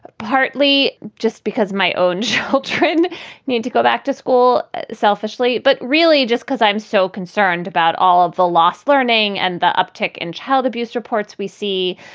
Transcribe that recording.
ah partly just because my own children need to go back to school selfishly. but really, just because i'm so concerned about all of the lost learning and the uptick in child abuse reports we see.